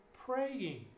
praying